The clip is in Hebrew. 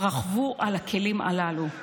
רכבו על הכלים הללו,